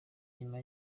nyuma